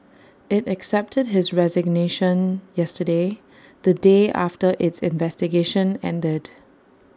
IT accepted his resignation yesterday the day after its investigation ended